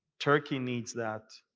turkey needs that,